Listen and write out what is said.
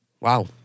Wow